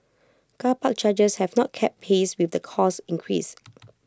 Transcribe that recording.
car park chargers have not kept pace with these cost increases